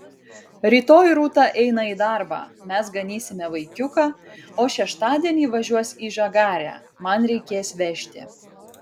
rytoj rūta eina į darbą mes ganysime vaikiuką o šeštadienį važiuos į žagarę man reikės vežti